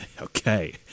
Okay